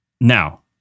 Now